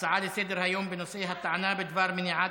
הצעות לסדר-היום בנושא: הטענה בדבר מניעת